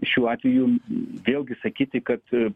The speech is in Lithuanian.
šiuo atveju vėlgi sakyti kad